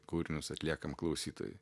kūrinius atliekam klausytojai